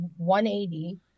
180